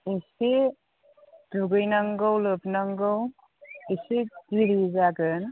एसे दुगैनांगौ लोबनांगौ एसे देरि जागोन